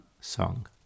song